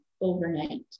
overnight